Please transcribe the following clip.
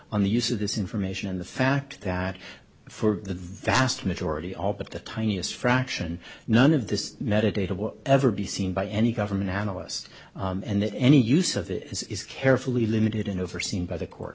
on the use of this information and the fact that for the vast majority all but the tiniest fraction none of this meditative what ever be seen by any government analyst and that any use of it is carefully limited and overseen by the court